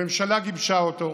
הממשלה גיבשה אותו,